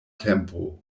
tempo